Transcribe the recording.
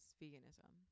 veganism